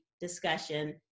discussion